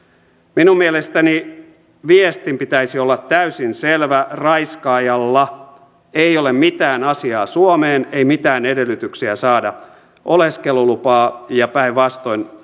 minun mielestäni viestin pitäisi olla täysin selvä raiskaajalla ei ole mitään asiaa suomeen ei mitään edellytyksiä saada oleskelulupaa ja päinvastoin